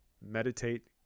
meditate